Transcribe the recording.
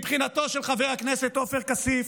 מבחינתו של חבר הכנסת עופר כסיף,